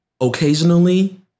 occasionally